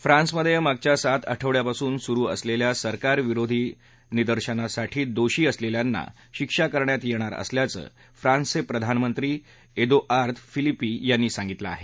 फ्रान्समध्ये मागच्या सात आठवड्यापासून सुरु असलेल्या सरकार विरोधी निदेशंनासाठी दोषी असलेल्यांना शिक्षा करण्यात येणार असल्याचं फ्रान्सचे प्रधानमंत्री एदोआर्द फीलीपी यांनी सांगितलं आहे